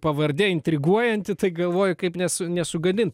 pavardė intriguojanti tai galvoju kaip nesu nesugadint